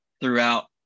throughout